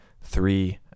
three